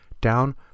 down